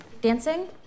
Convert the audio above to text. Dancing